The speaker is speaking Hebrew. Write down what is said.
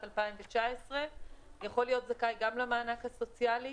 2019 יכול להיות זכאי גם למענק הסוציאלי